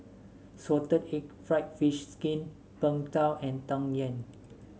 Salted Egg fried fish skin Png Tao and Tang Yuen